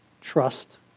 trust